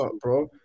bro